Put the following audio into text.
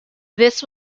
this